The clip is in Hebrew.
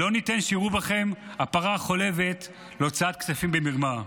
לא ניתן שיראו בכם פרה חולבת להוצאת כספים במרמה.